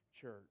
church